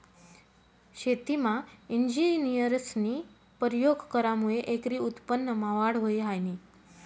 शेतीमा इंजिनियरस्नी परयोग करामुये एकरी उत्पन्नमा वाढ व्हयी ह्रायनी